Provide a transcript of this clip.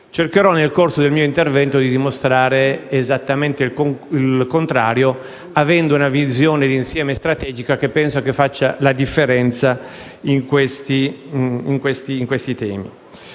Cercherò nel corso del mio intervento di dimostrare il contrario, avendo una visione d'insieme strategica che penso faccia la differenza in questi temi.